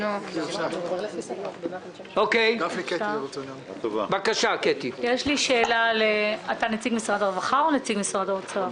מיקי, תצטרך לקבוע איתו פגישה לגבי הנושא הזה.